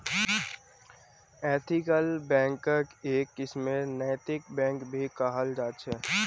ethical बैंकक् एक किस्मेर नैतिक बैंक भी कहाल जा छे